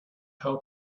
how